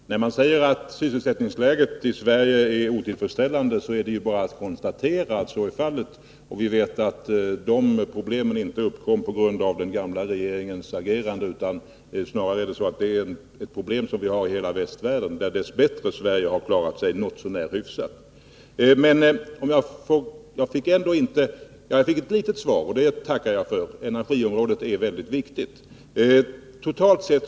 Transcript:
Herr talman! När jag säger att sysselsättningsläget i Sverige är otillfredsställande är det bara ett konstaterande av att så är fallet. Vi vet att detta problem inte uppkom på grund av den gamla regeringens agerande. Det är snarare ett problem som finns i hela västvärlden och som Sverige dess bättre Nr 34 har klarat något så när hyfsat. Torsdagen den Jag fick till viss del svar på min fråga, och det tackar jag för. Energiområdet 25 november 1982 är mycket viktigt.